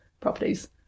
properties